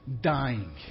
dying